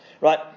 Right